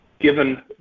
given